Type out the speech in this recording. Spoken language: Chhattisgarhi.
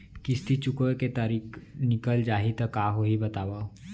किस्ती चुकोय के तारीक निकल जाही त का होही बताव?